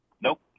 Nope